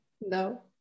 No